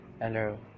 hello